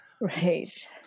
Right